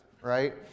right